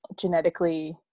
genetically